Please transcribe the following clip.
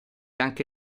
anche